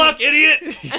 idiot